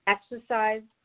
Exercise